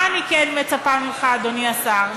מה אני כן מצפה ממך, אדוני השר?